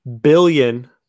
billion